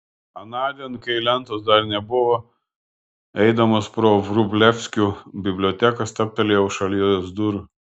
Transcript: anądien kai lentos dar nebuvo eidamas pro vrublevskių biblioteką stabtelėjau šalia jos durų